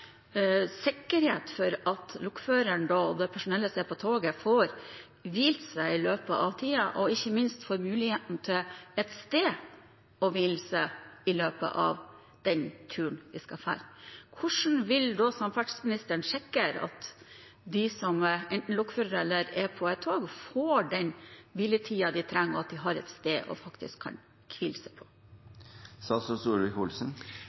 sikkerhet for at lokføreren og personellet som er på toget, får hvilt seg i løpet av den tiden og ikke minst får muligheten til å ha et sted å hvile seg i løpet av turen. Hvordan vil samferdselsministeren sikre at de som er lokførere, eller de som er på et tog, får den hviletiden de trenger, og at de faktisk har et sted å kunne hvile seg?